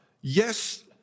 Yes